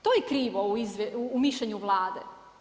To je krivo u mišljenju Vlade.